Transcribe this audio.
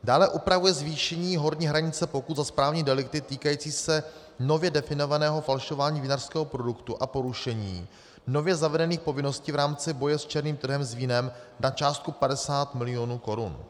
Dále upravuje zvýšení horní hranice pokut a správní delikty týkající se nově definovaného falšování vinařského produktu a porušení nově zavedených povinností v rámci boje s černým trhem s vínem na částku 50 mil. korun.